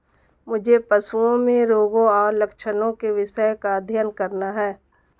मुझे पशुओं में रोगों और लक्षणों के विषय का अध्ययन करना है